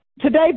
Today